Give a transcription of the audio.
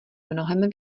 mnohem